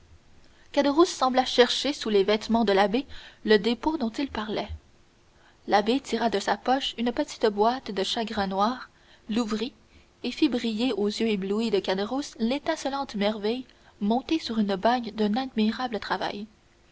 caderousse sembla chercher sous les vêtements de l'abbé le dépôt dont il parlait l'abbé tira de sa poche une petite boîte de chagrin noir l'ouvrit et fit briller aux yeux éblouis de caderousse l'étincelante merveille montée sur une bague d'un admirable travail